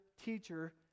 teacher